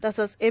तसंच एम